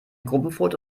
gruppenfoto